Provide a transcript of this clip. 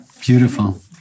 Beautiful